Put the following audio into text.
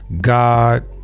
God